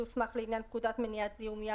שהוסמך לעניין פקודת מניעת זיהום מי,